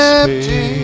empty